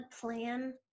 plan